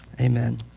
Amen